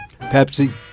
Pepsi